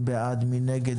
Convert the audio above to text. מי נגד?